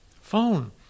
phone